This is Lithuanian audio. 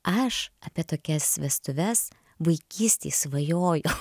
aš apie tokias vestuves vaikystėj svajojau